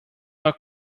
mal